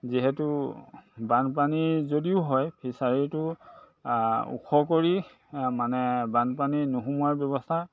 যিহেতু বানপানী যদিও হয় ফিচাৰীটো ওখ কৰি মানে বানপানী নোহোৱাৰ ব্যৱস্থা